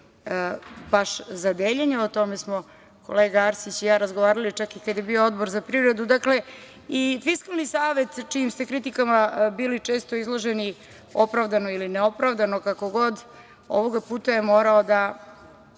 baš za deljenje. O tome smo kolega Arsić i ja razgovarala, čak i kad je bio Odbor za privredu. Dakle, Fiskalni savet čijim ste kritikama bili često izloženi opravdano ili neopravdano, kako god, ovoga puta je morao da